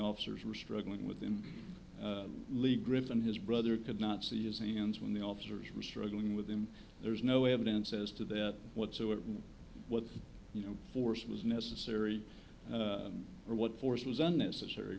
officers were struggling with the league grip and his brother could not see his ians when the officers were struggling with him there's no evidence as to that whatsoever what you know force was necessary or what force was unnecessary